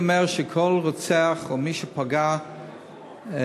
אני אומר שכל רוצח או מי שפגע במשפחות,